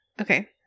Okay